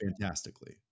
Fantastically